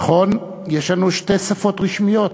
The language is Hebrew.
נכון, יש לנו שתי שפות רשמיות,